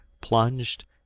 plunged